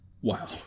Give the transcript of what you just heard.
wow